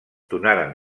donaren